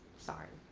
sorry.